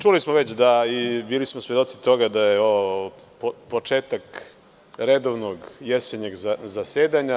Čuli smo već i bili smo svedoci toga da je ovo početak redovnog jesenjeg zasedanja.